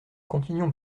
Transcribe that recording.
continuons